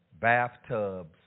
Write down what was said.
Bathtubs